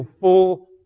full